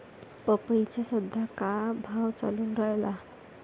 पपईचा सद्या का भाव चालून रायला?